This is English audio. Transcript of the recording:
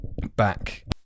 back